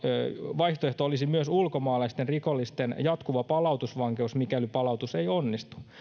vaihtoehto olisi myös ulkomaalaisten rikollisten jatkuva palautusvankeus mikäli palautus ei onnistu